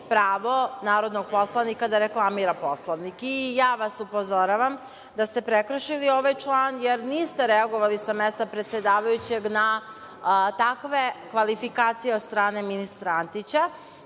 pravo narodnog poslanika da reklamira Poslovnik i ja vas upozoravam da ste prekršili ovaj član jer niste reagovali sa mesta predsedavajućeg na takve kvalifikacije od strane ministra Antića,